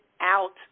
out